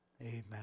Amen